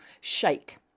shake